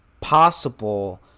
Possible